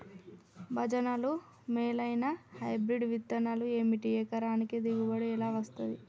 భజనలు మేలైనా హైబ్రిడ్ విత్తనాలు ఏమిటి? ఎకరానికి దిగుబడి ఎలా వస్తది?